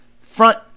Front